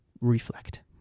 reflect